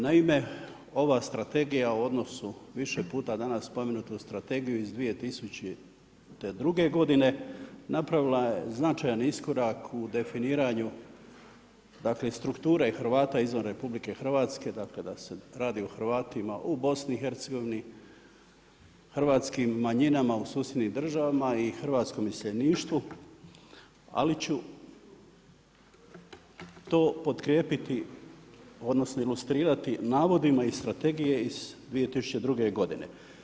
Naime, ova strategija u odnosu više puta danas spomenutu strategiju iz 2002. godine, napravila je značajan iskorak u definiranju strukture Hrvata izvan RH, dakle, da se radi o Hrvatima u BIH, hrvatskim manjinama u susjednim državama i hrvatskom iseljeništvu, ali ću to potkrijepiti, ilustrirati navodima strategije iz 2002. godine.